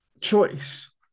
choice